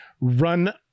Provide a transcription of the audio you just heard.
run